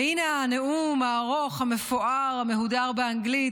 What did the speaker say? והינה הנאום הארוך, המפואר, המהודר באנגלית,